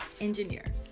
engineer